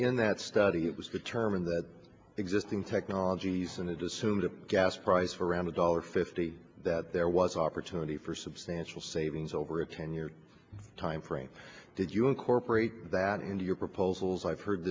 in that study it was determined that existing technologies and it assumes a gas price for around a dollar fifty that there was opportunity for substantial savings over a ten year timeframe did you incorporate that into your proposals i've heard